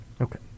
Okay